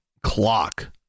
clock